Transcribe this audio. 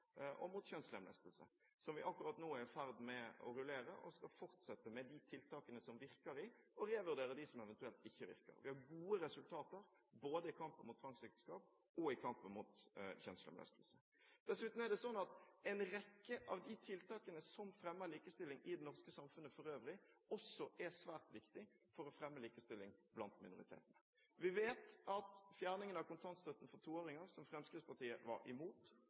og mot kjønnslemlestelse som vi akkurat nå er i ferd med å rullere, og vi skal fortsette med de tiltakene som virker, og revurdere dem som eventuelt ikke virker. Vi har gode resultater både i kampen mot tvangsekteskap og i kampen mot kjønnslemlestelse. Dessuten er det slik at en rekke av de tiltakene som fremmer likestilling i det norske samfunnet for øvrig, også er svært viktig for å fremme likestilling blant minoritetene. Vi vet at fjerningen av kontantstøtten for toåringer, som Fremskrittspartiet var imot,